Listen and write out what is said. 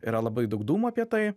yra labai daug dūmų apie tai